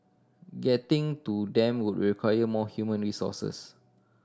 getting to them would require more human resources